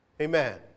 Amen